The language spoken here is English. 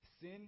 sin